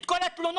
את כל התלונות.